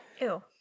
Ew